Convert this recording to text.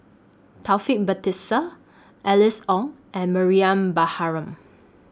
Taufik Batisah Alice Ong and Mariam Baharom